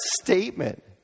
statement